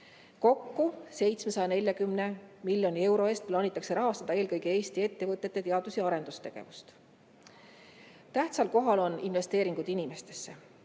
Kokku 740 miljoni euro eest plaanitakse rahastada eelkõige Eesti ettevõtete teadus- ja arendustegevust. Tähtsal kohal on investeeringud inimestesse.